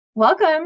Welcome